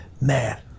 man